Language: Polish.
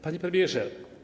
Panie Premierze!